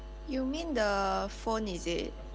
you mean the phone is it